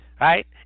Right